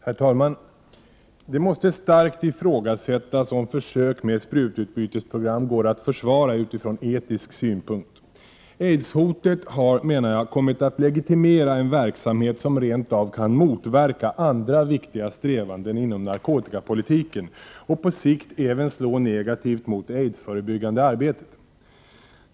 Herr talman! Det måste starkt ifrågasättas om försök med sprututbytesprogram går att försvara från etisk synpunkt. Aidshotet har, menar jag, kommit att legitimera en verksamhet som rent av kan motverka andra viktiga strävanden inom narkotikapolitiken och på sikt även slå negativt mot det aidsförebyggande arbetet.